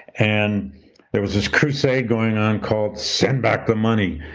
and there was this crusade going on called send back the money.